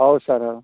ହଉ ସାର୍ ହଉ